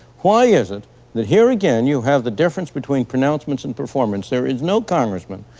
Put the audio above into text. why is it that here again you have the difference between pronouncements and performance? there is no congressman,